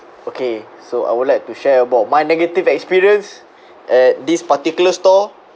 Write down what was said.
okay so I would like to share about my negative experience at this particular store